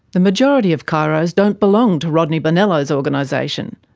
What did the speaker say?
the majority of chiros don't belong to rodney bonello's organisation,